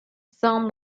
some